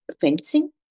fencing